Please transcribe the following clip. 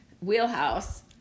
wheelhouse